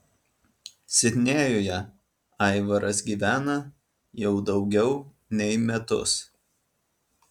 sidnėjuje aivaras gyvena jau daugiau nei metus